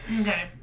Okay